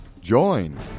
Join